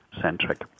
centric